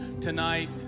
tonight